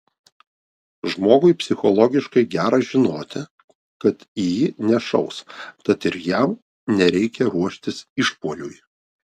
žmogui psichologiškai gera žinoti kad į jį nešaus tad ir jam nereikia ruoštis išpuoliui